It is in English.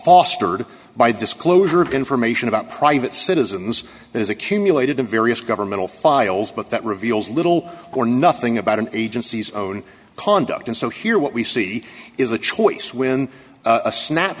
fostered by disclosure of information about private citizens that is accumulated in various governmental files but that reveals little or nothing about an agency's own conduct and so here what we see is a choice when a snap